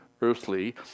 earthly